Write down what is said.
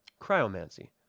Cryomancy